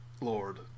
Lord